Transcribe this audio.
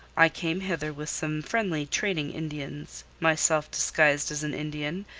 i came hither with some friendly trading indians, myself disguised as an indian,